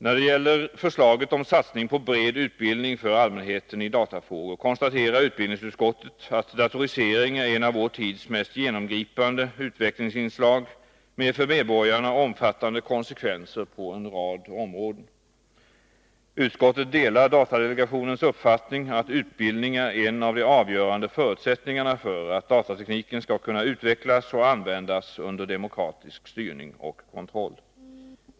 När det gäller förslaget om satsning på bred utbildning för allmänheten i datafrågor konstaterar utbildningsutskottet att datorisering är ett av vår tids mest genomgripande utvecklingsinslag med för medborgarna omfattande konsekvenser på en rad områden. Utskottet delar datadelegationens uppfattning att utbildning är en av de avgörande förutsättningarna för att datatekniken skall kunna utvecklas och användas under demokratisk styrning och kontroll.